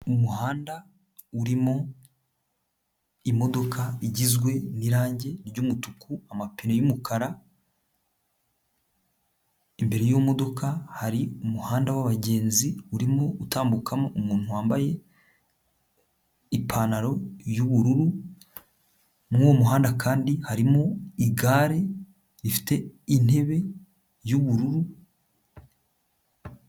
Umuhanda urimo imodoka igizwe n'irangi ry'umutuku, amapine y'umukara, imbere y'iyo modoka hari umuhanda w'abagenzi urimo utambukamo umuntu wambaye ipantaro y'ubururu, muri uwo muhanda kandi harimo igare rifite intebe y'ubururu.